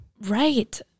right